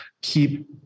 Keep